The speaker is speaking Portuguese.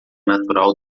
natural